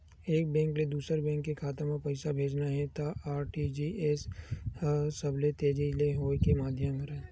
एक बेंक ले दूसर बेंक के खाता म पइसा भेजना हे त आर.टी.जी.एस ह सबले तेजी ले होए के माधियम हरय